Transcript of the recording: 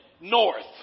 north